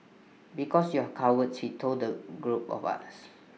because you are cowards he told the group of us